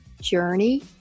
journey